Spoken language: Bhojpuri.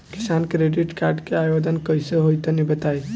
किसान क्रेडिट कार्ड के आवेदन कईसे होई तनि बताई?